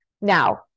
now